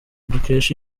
dukesha